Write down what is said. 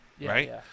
right